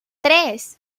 tres